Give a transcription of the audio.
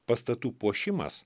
pastatų puošimas